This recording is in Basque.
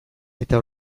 eta